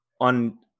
on